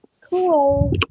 cool